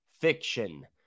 fiction